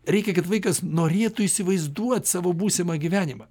reikia kad vaikas norėtų įsivaizduot savo būsimą gyvenimą